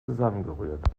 zusammengerührt